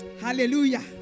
Hallelujah